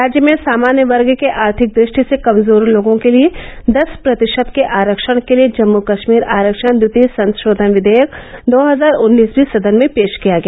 राज्य में सामान्य वर्ग के आर्थिक दृष्टि से कमजोर लोगों के लिए दस प्रतिशत के आरक्षण के लिए जम्म कश्मीर आरक्षण द्वितीय संशोधन विघेयक दो हजार उन्नीस भी सदन में पेश किया गया